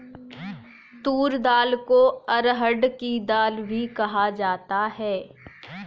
तूर दाल को अरहड़ की दाल भी कहा जाता है